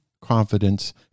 confidence